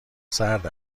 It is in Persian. سرد